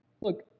Look